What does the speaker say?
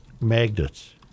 Magnets